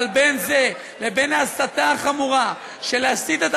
אבל בין זה לבין הסתה חמורה של להסיט את